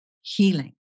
healing